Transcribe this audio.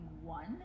one